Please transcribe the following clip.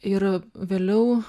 ir vėliau